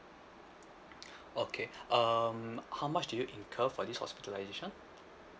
okay um how much did you incur for this hospitalisation